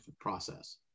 process